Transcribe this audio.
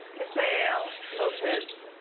misael lopez,